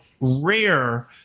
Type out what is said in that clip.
rare